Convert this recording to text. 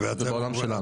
בעולם שלנו.